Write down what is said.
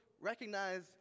recognize